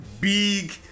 big